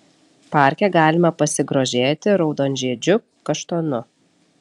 parke galima pasigrožėti raudonžiedžiu kaštonu